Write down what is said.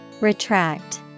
Retract